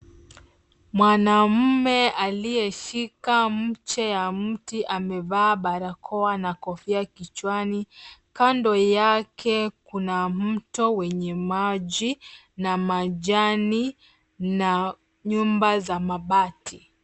Mwanaume aliyeshikwa mche ya mti amevaa barakoa na kofia kichwani. Kando yake kuna mto wenye maji na majani na nyumba za mabati.